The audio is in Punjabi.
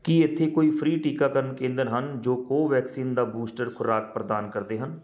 ਕੀ ਇੱਥੇ ਕੋਈ ਫ੍ਰੀ ਟੀਕਾਕਰਨ ਕੇਂਦਰ ਹਨ ਜੋ ਕੋਵੈਕਸਿਨ ਦਾ ਬੂਸਟਰ ਖੁਰਾਕ ਪ੍ਰਦਾਨ ਕਰਦੇ ਹਨ